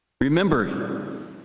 Remember